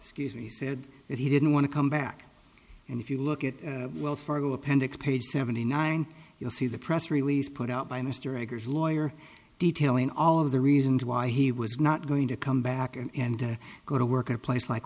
excuse me said that he didn't want to come back and if you look at wells fargo appendix page seventy nine you'll see the press release put out by mr eggers lawyer detailing all of the reasons why he was not going to come back and go to work at a place like